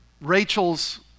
Rachel's